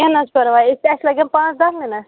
کیٚنٛہہ نہٕ حظ پَرواے أسۍ تہٕ اَسہِ لَگَن پانٛژھ دَہ مِنَٹ